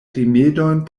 rimedojn